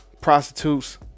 prostitutes